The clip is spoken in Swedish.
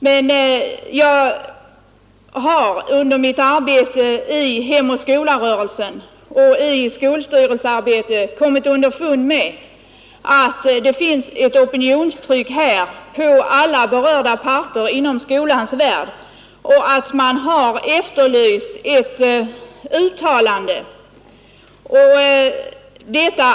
Men jag har under min verksamhet i Hem och skola-rörelsen och i skolstyrelsearbete kommit underfund med att det finns ett opinionstryck här på alla berörda parter inom skolans värld och att man efterlyser ett uttalande från centralt håll.